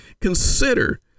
consider